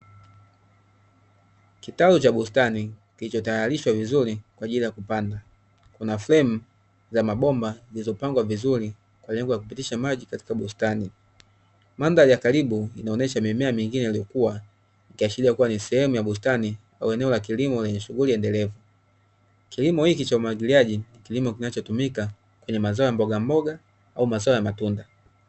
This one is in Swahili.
Kitaru cha bustani kilichotayarishwa vizuri kwa ajili ya kupanda. Kuna fremu za mabomba zilizopangwa vizuri kwa lengo la kupitisha maji katika bustani. Mandhari ya karibu inaonyesha mimea mingine iliyokua ikiashiria kuwa ni sehemu ya bustani au eneo la kilimo lenye shughuli endelevu. Kilimo hiki cha umwagiliaji ni kilimo kinachotumika kwenye mazao ya mbogamboga, au mazao ya matunda.